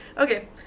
okay